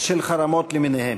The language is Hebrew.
של חרמות למיניהם.